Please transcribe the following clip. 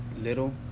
little